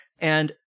And-